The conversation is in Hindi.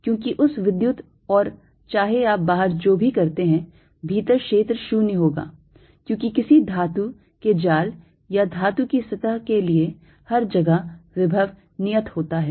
क्योंकि उस विद्युत और चाहे आप बाहर जो भी करते हैं भीतर क्षेत्र 0 होगा क्योंकि किसी धातु के जाल या धातु की सतह के लिए हर जगह विभव नियत होता है